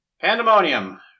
Pandemonium